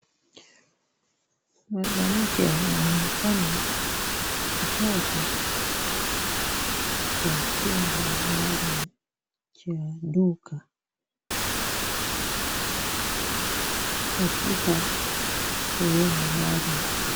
Mwanamke anaonekana akitoka kwa chumba maalum cha duka katika sehemu maalum.